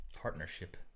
partnership